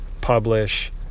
publish